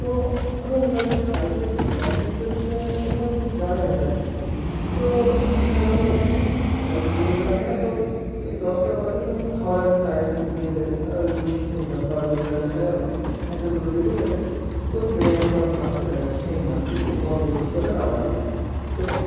তো আমি এগুলো আর কি খাই এবার লং ডিসটেন্সে কোথাও যদি যাই আমি আর কি তো মনে করেন অনেক দূর রাস্তা তো এই দশটা বাজে তখন খাওয়ার একটু টাইম হয়ে যায় আর লুচি খেয়ে নিলাম বা দেখা গেল একটা দুটো বেজে গেছে তো বিরিয়ানি বা ভাত খেয়ে নিলাম দিয়ে গন্তব্যস্থলে রওনা দিলাম তো